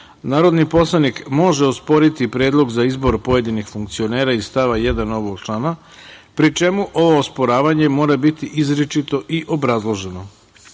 narodni poslanik može osporiti predlog za izbor pojedinih funkcionera iz stava 1. ovog člana, pri čemu ovo osporavanje mora biti izričito i obrazloženo.O